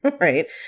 right